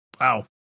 Wow